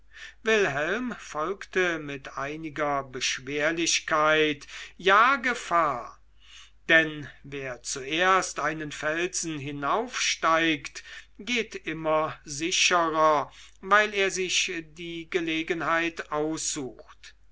wilhelm folgte mit einiger beschwerlichkeit ja gefahr denn wer zuerst einen felsen hinaufsteigt geht immer sicherer weil er sich die gelegenheit aussucht